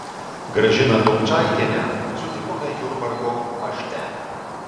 gražiną dumčaitienę sutikome jurbarko pašte